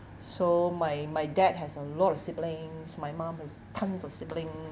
so my my dad has a lot of siblings my mom has tons of siblings